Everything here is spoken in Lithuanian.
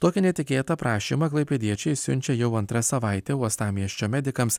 tokį netikėtą prašymą klaipėdiečiai siunčia jau antrą savaitę uostamiesčio medikams